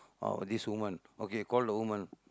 oh this woman okay call the woman